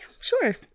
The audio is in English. sure